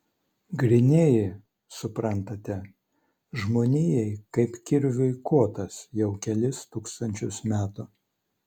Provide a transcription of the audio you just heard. grynieji suprantate žmonijai kaip kirviui kotas jau kelis tūkstančius metų